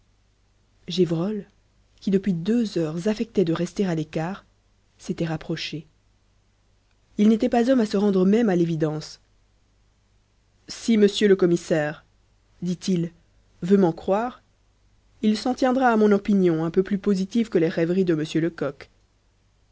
gévrol qui depuis deux heures affectait de rester à l'écart s'était rapproché il n'était pas homme à se rendre même à l'évidence si monsieur le commissaire dit-il veut m'en croire il s'en tiendra à mon opinion un peu plus positive que les rêveries de m lecoq